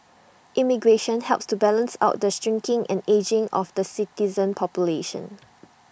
immigration helps to balance out the shrinking and ageing of the citizen population